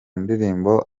ndirimbo